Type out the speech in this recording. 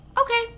okay